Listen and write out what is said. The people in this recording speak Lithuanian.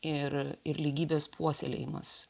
ir ir lygybės puoselėjimas